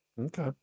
Okay